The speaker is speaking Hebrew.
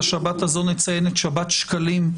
השבת הזאת נציין את פרשת שקלים,